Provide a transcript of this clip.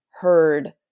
heard